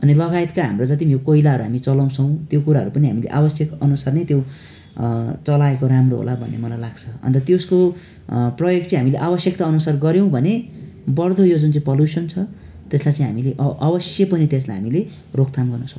अनि लगायतका हामी जति पनि कोइलाहरू चलाउँछौँ त्यो कुराहरू पनि हामी आवश्यकअनुसारै त्यो चलाएको राम्रो होला भन्ने मलाई लाग्छ अन्त त्यसको प्रयोग चाहिँ हामीले आवश्यक अनुसार गऱ्यौँ भने बड्दो यो जुन चाहिँ पल्युसन छ त्यसलाई चै हामीले अवश्य पनि त्यसलाई हामीले रोकथाम गर्न सक्छौँ